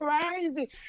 crazy